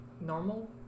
normal